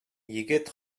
егет